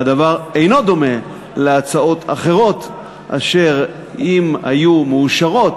והדבר אינו דומה להצעות אחרות אשר אם היו מאושרות,